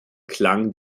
klang